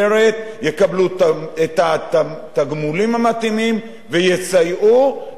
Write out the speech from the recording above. יקבלו את התגמולים המתאימים ויסייעו לכוחות